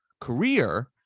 career